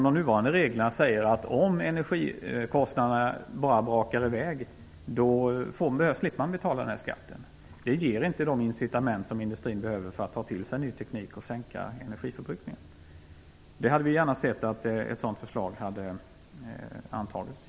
De nuvarande reglerna säger bara att man slipper betala skatten om energikostnaderna brakar i väg. Det ger inte de incitament som industrin behöver för att ta till sig ny teknik och sänka energiförbrukningen. Vi hade i och för sig gärna sett att ett sådant förslag hade antagits.